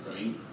right